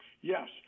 Yes